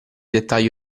dettagli